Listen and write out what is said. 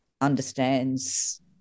understands